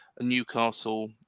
Newcastle